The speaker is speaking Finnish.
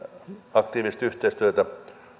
aktiivisesti yhteistyötä